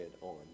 on